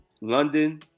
london